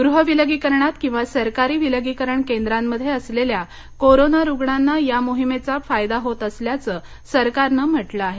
गृह विलगीकरणात किंवा सरकारी विलगीकरण केंद्रांमध्ये असलेल्या कोरोना रुग्णांना या मोहिमेचा फायदा होत असल्याचं सरकारनं म्हटलं आहे